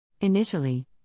Initially